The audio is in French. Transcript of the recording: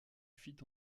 fit